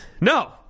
No